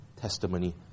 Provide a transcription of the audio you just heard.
testimony